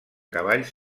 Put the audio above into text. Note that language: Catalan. cavalls